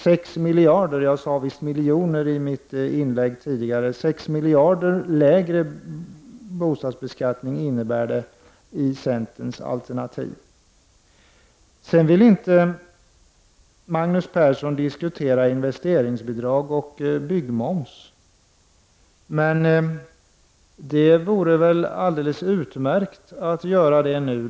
6 miljarder kronor lägre bostadsbeskattning är vad centerns alternativ innebär. Magnus Persson vill inte diskutera investeringsbidrag och byggmoms, men det vore väl alldeles utmärkt att göra det nu.